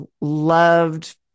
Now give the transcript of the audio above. loved